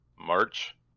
March